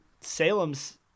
Salem's